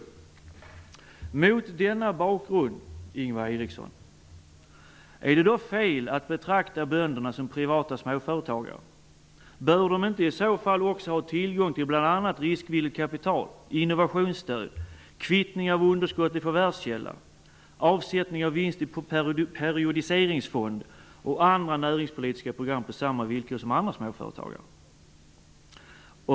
Är det då fel att mot denna bakgrund, Ingvar Eriksson, betrakta bönderna som privata småföretagare? Bör de inte i så fall ha tillgång till riskvilligt kapital, innovationsstöd, kvittning av underskott i förvärvskälla, avsättning av vinst i periodiceringsfond och andra näringspolitiska program på samma villkor som andra småföretagare?